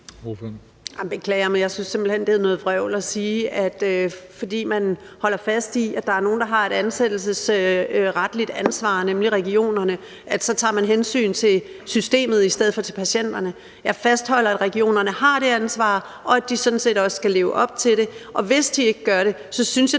synes simpelt hen, det er noget vrøvl at sige, at fordi man holder fast i, at der er nogle, der har et ansættelsesretligt ansvar, nemlig regionerne, så tager man hensyn til systemet i stedet for til patienterne. Jeg fastholder, at regionerne har det ansvar, og at de sådan set også skal leve op til det, og hvis de ikke gør det, synes jeg,